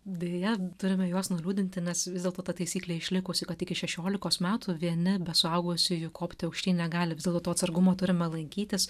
deja turime juos nuliūdinti nes vis dėlto ta taisyklė išlikusi kad iki šešiolikos metų vieni be suaugusiųjų kopti aukštyn negali vis dėlto atsargumo turime laikytis